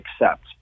accept